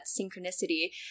synchronicity